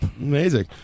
amazing